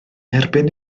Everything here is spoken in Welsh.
erbyn